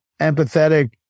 empathetic